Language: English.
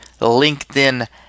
LinkedIn